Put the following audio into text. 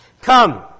Come